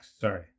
Sorry